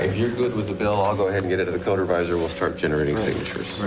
you're good with the bill, i'll go ahead and get it to the code adviser. we'll start generating signatures.